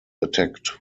attacked